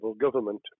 government